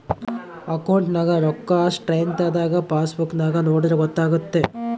ಅಕೌಂಟ್ನಗ ರೋಕ್ಕಾ ಸ್ಟ್ರೈಥಂಥ ಪಾಸ್ಬುಕ್ ನಾಗ ನೋಡಿದ್ರೆ ಗೊತ್ತಾತೆತೆ